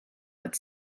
but